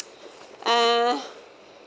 uh